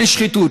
כן שחיתות,